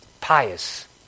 pious